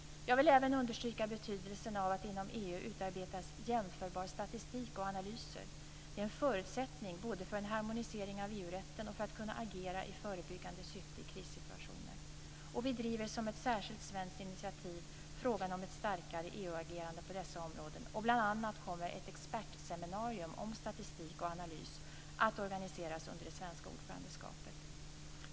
Jag vill även understryka betydelsen av att det inom EU utarbetas jämförbar statistik och analyser. Det är en förutsättning både för en harmonisering av EU-rätten och för att kunna agera i förebyggande syfte i krissituationer. Vi driver som ett särskilt svenskt initiativ frågan om ett starkare EU-agerande på dessa områden, bl.a. kommer ett expertseminarium om statistik och analys att organiseras under det svenska ordförandeskapet.